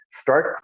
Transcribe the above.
Start